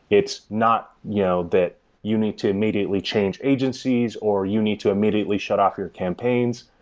it's not you know that you need to immediately change agencies, or you need to immediately shut off your campaigns.